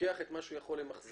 לוקח את מה שהוא יכול למחזר.